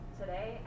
today